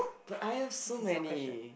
but I also many